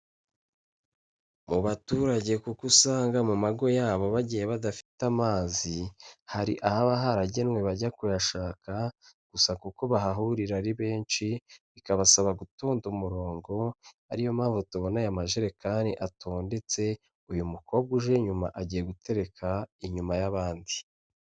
Mu baturage kuko usanga mu mago yabo bagiye badafite amazi, hari ahaba haragenwe bajya kuyashaka, gusa kuko bahahurira ari benshi, bikabasaba gutonda umurongo, ariyo mpamvu tubona aya majerekani atondetse, uyu mukobwa uje inyuma agiye gutereka inyuma y'abandi.